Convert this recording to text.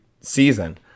season